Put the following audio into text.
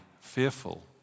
fearful